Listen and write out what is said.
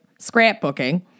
scrapbooking